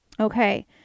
Okay